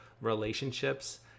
relationships